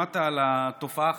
שמעת על התופעה החדשה?